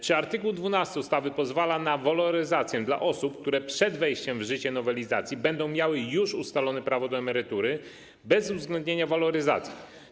Czy art. 12 ustawy pozwala na waloryzację emerytur osób, które przed wejściem w życie nowelizacji będą miały już ustalone prawo do emerytury bez uwzględnienia waloryzacji?